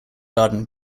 garden